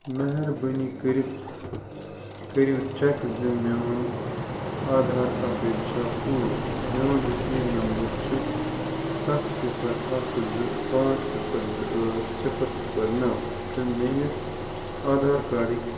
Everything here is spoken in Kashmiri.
مہربٲنی کٔرتھ کٔرو چیٚک زِ میٛٲنۍ آدھار اپڈیٹ چھا پوٗرٕ میٛون رسیٖد نمبر چھُ ستھ صفر اکھ زٕ پانٛژھ صفر زٕ ٲٹھ صفر صفر نَو تہٕ میٛٲنس آدھار کارڈٕکۍ